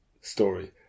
story